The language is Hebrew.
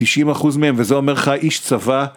90% מהם וזה אומר לך איש צבא